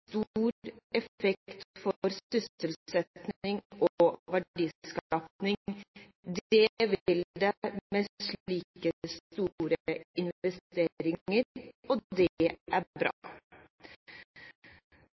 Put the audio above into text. effekt for sysselsetting og verdiskaping. Det vil det med slike store investeringer, og det er bra.